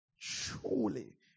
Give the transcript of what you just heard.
truly